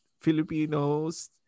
Filipinos